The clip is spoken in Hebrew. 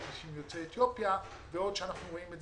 אנשים יוצאי אתיופיה שאנחנו רואים את